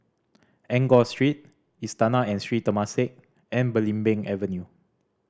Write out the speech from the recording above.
Enggor Street Istana and Sri Temasek and Belimbing Avenue